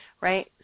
right